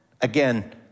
again